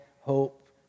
hope